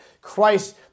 Christ